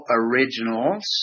originals